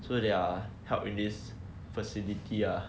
so they are held in this facility ah